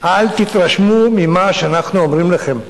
אל תתרשמו ממה שאנחנו אומרים לכם.